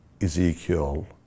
Ezekiel